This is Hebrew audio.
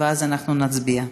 ואז אנחנו נצביע.